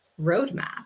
roadmap